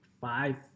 five